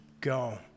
go